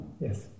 Yes